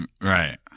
right